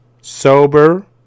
sober